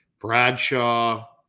Bradshaw